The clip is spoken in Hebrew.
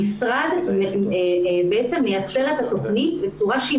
המשרד בעצם מייצר את התכנית בצורה שהיא